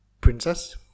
princess